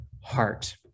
heart